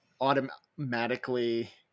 automatically